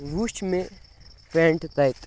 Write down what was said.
وٕچھ مےٚ پینٛٹہٕ تَتہِ